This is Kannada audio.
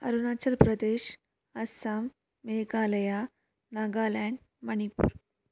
ಅರುಣಾಚಲ್ ಪ್ರದೇಶ್ ಅಸ್ಸಾಂ ಮೇಘಾಲಯ ನಾಗಾಲ್ಯಾಂಡ್ ಮಣಿಪುರ್